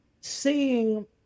seeing